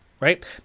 right